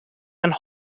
and